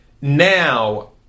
now